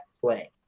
play